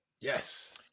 Yes